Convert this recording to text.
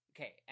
Okay